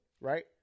right